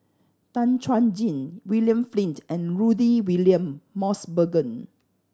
Tan Chuan Jin William Flint and Rudy William Mosbergen